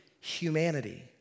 humanity